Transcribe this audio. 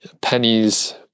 pennies